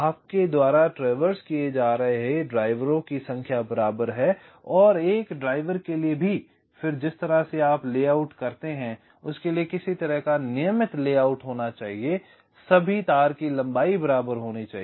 आपके द्वारा ट्रैवर्स किए जा रहे जा रहे ड्राइवरों की संख्या बराबर है और एक ड्राइवर के लिए भी फिर जिस तरह से आप लेआउट करते हैं उसके लिए किसी तरह का नियमित लेआउट होना चाहिए सभी तार की लंबाई बराबर होनी चाहिए